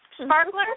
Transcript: Sparkler